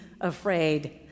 afraid